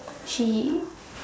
she